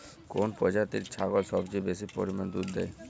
কোন প্রজাতির ছাগল সবচেয়ে বেশি পরিমাণ দুধ দেয়?